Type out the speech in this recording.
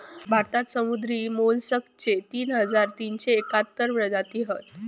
भारतात समुद्री मोलस्कचे तीन हजार तीनशे एकाहत्तर प्रजाती असत